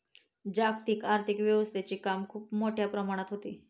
जागतिक आर्थिक व्यवस्थेचे काम खूप मोठ्या प्रमाणात होते